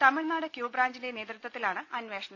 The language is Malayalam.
തമിഴ്നാട് ക്യൂ ബ്രാഞ്ചിന്റെ നേത്വത്വത്തിലാണ് അന്വേഷണം